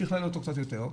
הוא שכלל אותו קצת יותר,